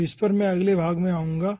तो इस पर मैं अगले भाग में आऊंगा